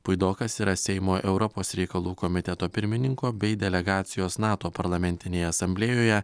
puidokas yra seimo europos reikalų komiteto pirmininko bei delegacijos nato parlamentinėje asamblėjoje